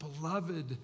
beloved